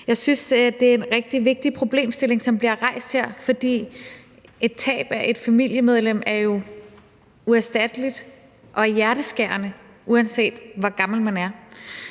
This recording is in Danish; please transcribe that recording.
Jeg synes, det er en rigtig vigtig problemstilling, som her bliver rejst, for et tab af et familiemedlem er jo uerstatteligt og hjerteskærende, uanset hvor gammel man er,